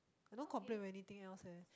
I don't complain many thing else eh